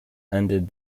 ended